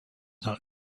not